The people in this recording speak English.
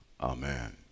Amen